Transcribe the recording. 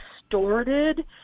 distorted